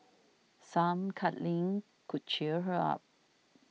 some cuddling could cheer her up